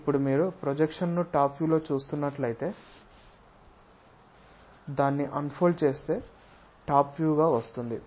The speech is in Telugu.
ఇప్పుడు మీరు ప్రొజెక్షన్ను టాప్ లో చూస్తున్నట్లయితే దాన్ని అన్ఫోల్డ్ చేస్తే టాప్ వ్యూ గా వస్తుంది